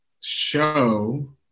show